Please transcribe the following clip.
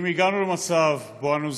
אם הגענו למצב שאנחנו נזקקים,